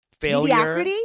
failure